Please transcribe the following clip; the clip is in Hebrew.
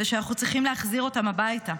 ושאנחנו צריכים להחזיר אותם הביתה,